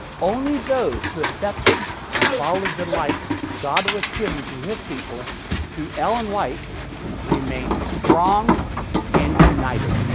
only those who accepted and followed the light god was giving to his people through ellen white remained strong and united.